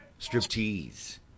Striptease